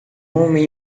homem